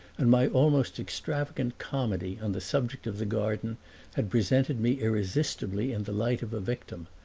and my almost extravagant comedy on the subject of the garden had presented me irresistibly in the light of a victim.